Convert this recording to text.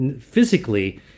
physically